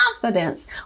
confidence